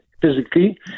physically